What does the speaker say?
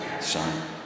Son